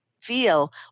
feel